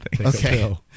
Okay